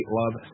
love